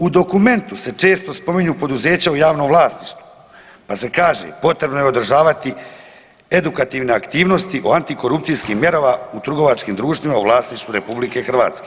U dokumentu se često spominju poduzeća u javnom vlasništvu pa se kaže, potrebno je održavati edukativne aktivnosti o antikorupcijskim mjerama u trgovačkim društvima u vlasništvu RH.